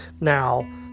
Now